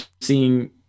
seeing